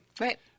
Right